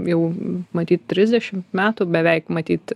jau matyt trisdešimt metų beveik matyt